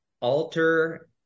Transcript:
alter